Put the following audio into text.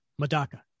Madaka